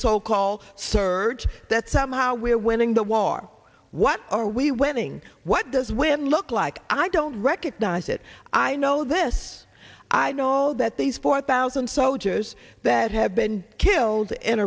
so called surge that somehow we are winning the war what are we winning what does women look like i don't recognize it i know this i know that these four thousand soldiers that have been killed in